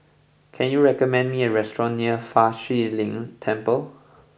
can you recommend me a restaurant near Fa Shi Lin Temple